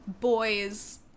boys